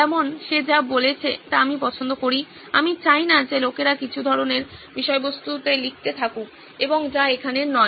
যেমন সে যা বলেছে তা আমি পছন্দ করি আমি চাই না যে লোকেরা কিছু ধরণের বিষয়বস্তু লিখতে থাকুক এবং যা এখানের নয়